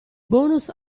bonus